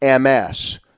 MS